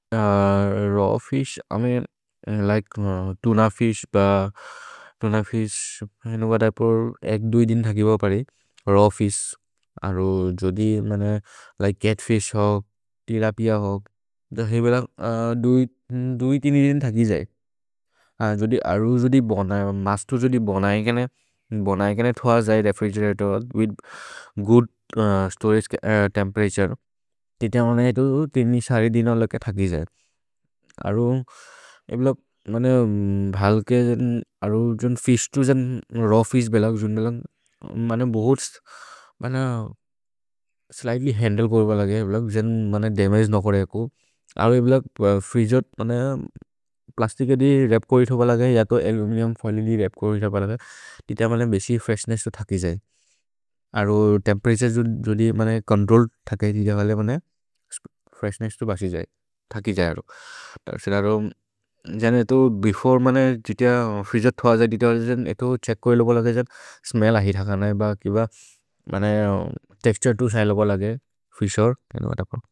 Raw fish, I mean like tuna fish tuna fish, I know what I pour एक् दोइ दिन् थकिब परि रव् फिश्। अरो जोदि लिके चत्फिश् होग् तिलपिअ होग् दहि बेल दोइ तिनि दिन् थकि जै अरो जोदि बनए। मस्तो जोदि बनए केने भनए केने थव जै refrigerator with good storage temperature तित मनए। इतो तिनि सरि दिन लके थकि जै अरो ए ब्लोक् मनए भल्के अरो tuna fish tuna raw fish बेलग् तुन् बेलग् मनए। भोहोत् मनए स्लिघ्त्ल्य् हन्द्ले करु बलगे ए ब्लोक् जेन् मनए दमगे न करेयको अरो ए ब्लोक् रेफ्रिगेरतोर् मनए। प्लस्तिक दि व्रप् करु थ बलगे य तो अलुमिनिउम् फोइल् दि व्रप् करु थ बलगे तित मनए बेसि फ्रेश्नेस्स् तो थकि जै। अरो तेम्पेरतुरे जोदि जोदि मनए चोन्त्रोल् थकयि दि ज वले मनए फ्रेश्नेस्स् तो बसि जै थकि जै। अरो सेर रो जने इतो बेफोरे मनए जितिअ फ्रीजेर् थव जै इतो छेच्क् कोइ लोपो लगे जन् स्मेल्ल् अहि थकन ए ब किब मनए तेक्स्तुरे तो सहि लोपो लगे फिशेर्।